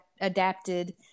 adapted